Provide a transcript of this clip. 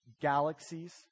galaxies